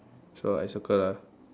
so I circle ah